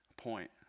point